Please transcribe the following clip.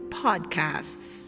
podcasts